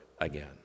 again